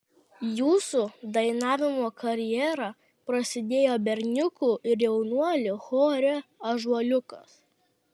jūsų dainavimo karjera prasidėjo berniukų ir jaunuolių chore ąžuoliukas